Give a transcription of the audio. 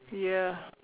ya